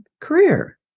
career